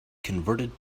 converted